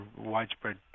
widespread